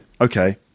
Okay